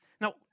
Now